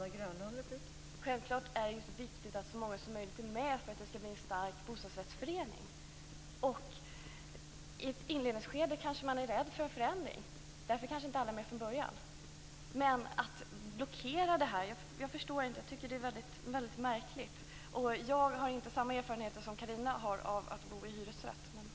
Fru talman! Självklart är det viktigt att så många som möjligt är med för att det skall bli en stark bostadsrättsförening. I ett inledningsskede kanske man är rädd för en förändring. Därför kanske inte alla är med från början. Men jag förstår inte varför man blockerar det här. Det tycker jag är väldigt märkligt. Och jag har inte samma erfarenheter som Carina av att bo i hyresrätt.